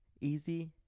Easy